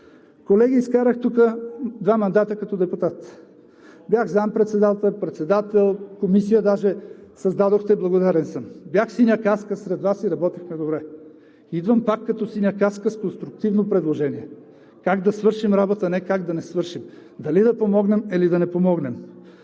Колеги, изкарах тук два мандата като депутат. Бях заместник председател, председател, създадохте даже комисия – благодарен съм. Бях синя каска сред Вас и работихме добре. Идвам пак като синя каска с конструктивно предложение – как да свършим работа, не как да не свършим, дали да помогнем, или да не помогнем.